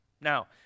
Now